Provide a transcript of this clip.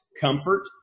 comfort